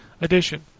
Edition